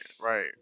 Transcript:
right